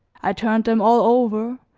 i turned them all over,